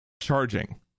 charging